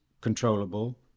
controllable